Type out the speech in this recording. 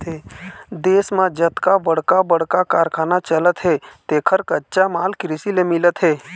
देश म जतका बड़का बड़का कारखाना चलत हे तेखर कच्चा माल कृषि ले मिलत हे